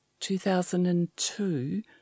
2002